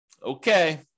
Okay